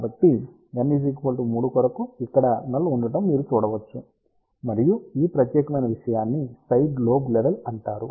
కాబట్టి n 3 కొరకు ఇక్కడ నల్ ఉండటం మీరు చూడవచ్చు మరియు ఈ ప్రత్యేకమైన విషయాన్ని సైడ్ లోబ్ లెవల్ అంటారు